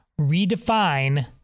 redefine